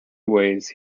ways